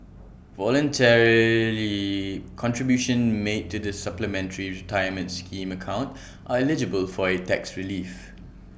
voluntary contributions made to the supplementary retirement scheme account are eligible for A tax relief